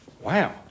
Wow